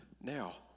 Now